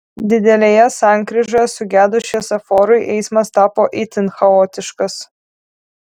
didelėje sankryžoje sugedus šviesoforui eismas tapo itin chaotiškas